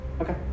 Okay